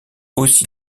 aussi